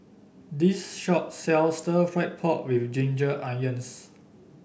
this shop sells stir fry pork with Ginger Onions